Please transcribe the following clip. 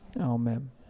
amen